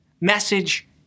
message